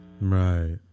Right